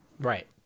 right